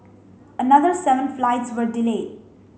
another seven flights were delayed